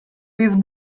these